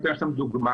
אני אתן לכם דוגמה,